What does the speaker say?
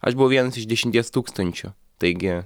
aš buvau vienas iš dešimties tūkstančių taigi